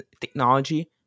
technology